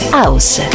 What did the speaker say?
house